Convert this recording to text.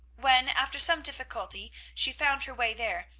when, after some difficulty, she found her way there,